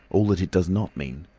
all that it does not mean.